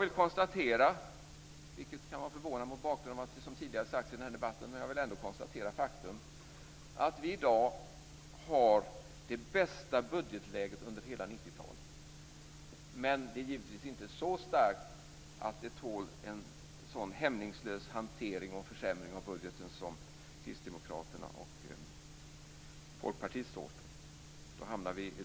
Jag konstaterar ändå - vilket kan vara förvånande med tanke på vad som tidigare har sagts i debatten - faktum, att vi i dag har det bästa budgetläget under hela 90-talet. Men det är givetvis inte så starkt att det tål en så hämningslös hantering och försämring av budgeten som Kristdemokraterna och Folkpartiet står för.